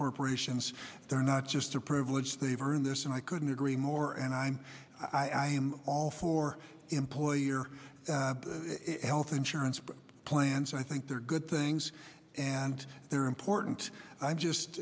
corporations they're not just a privilege they've earned this and i couldn't agree more and i'm i'm all for employer health insurance plans i think they're good things and they're important i'm just